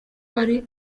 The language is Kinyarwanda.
hari